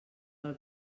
pel